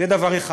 זה דבר אחד.